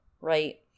right